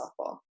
softball